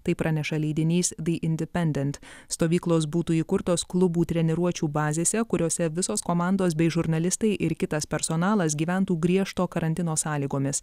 tai praneša leidinys the independent stovyklos būtų įkurtos klubų treniruočių bazėse kuriose visos komandos bei žurnalistai ir kitas personalas gyventų griežto karantino sąlygomis